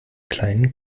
kleinen